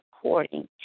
according